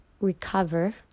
recover